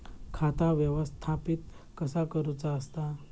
खाता व्यवस्थापित कसा करुचा असता?